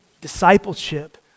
discipleship